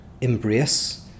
embrace